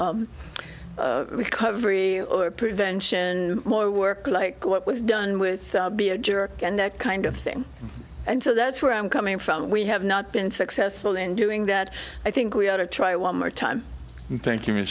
whole recovery or prevention more work like what was done with being a jerk and that kind of thing and so that's where i'm coming from we have not been successful in doing that i think we ought to try one more time